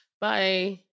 bye